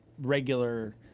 regular